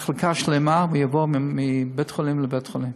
מחלקה שלמה, ויעבור מבית-חולים לבית-חולים.